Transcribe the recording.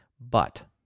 but-